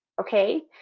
okay